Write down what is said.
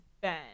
Ben